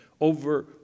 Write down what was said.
over